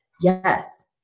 yes